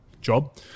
job